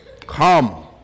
Come